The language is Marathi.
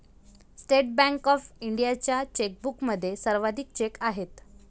स्टेट बँक ऑफ इंडियाच्या चेकबुकमध्ये सर्वाधिक चेक आहेत